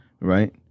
right